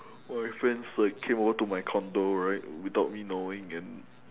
all my friends like came over to my condo right without me knowing and